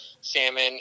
salmon